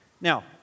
Now